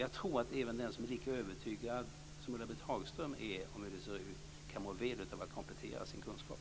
Jag tror att även den som är lika övertygad som Ulla-Britt Hagström är om hur det ser ut kan må väl av att komplettera sin kunskap.